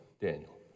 Daniel